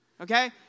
Okay